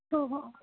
हो हो